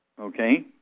okay